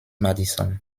madison